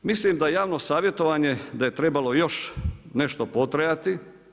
Mislim da javno savjetovanje, da je trebalo još nešto potrajati.